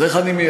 זה גם גזעני,